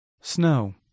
Snow